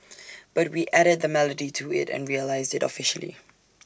but we added the melody to IT and released IT officially